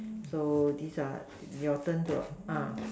so this are your turn to uh